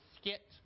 skit